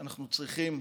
שאנחנו צריכים